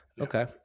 Okay